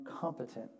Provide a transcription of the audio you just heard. competent